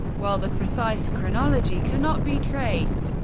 while the precise chronology cannot be traced,